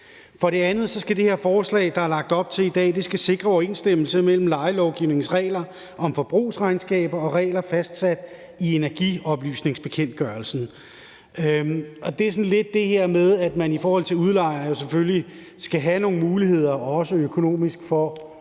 For det andet skal det her forslag, der er lagt frem her i dag, sikre overensstemmelse mellem lejelovgivningens regler om forbrugsregnskaber og regler fastsat i energioplysningsbekendtgørelsen. Det er sådan lidt det her med, at man som udlejer jo selvfølgelig skal have nogle muligheder, også økonomisk, for